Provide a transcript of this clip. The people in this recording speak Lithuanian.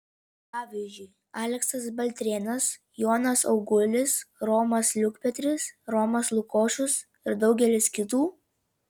pavyzdžiui aleksas baltrėnas jonas augulis romas liukpetris romas lukošius ir daugelis kitų